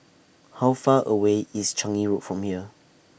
How Far away IS Changi Road from here